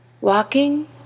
Walking